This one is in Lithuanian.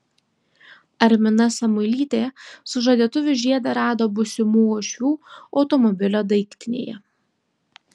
arminta samuilytė sužadėtuvių žiedą rado būsimų uošvių automobilio daiktinėje